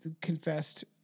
Confessed